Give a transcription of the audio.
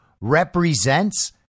represents